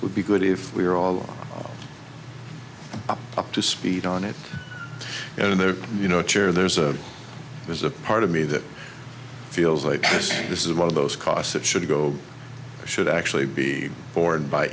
would be good if we were all up to speed on it you know there you know chair there's a there's a part of me that feels like this is one of those costs that should go or should actually be borne by